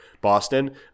boston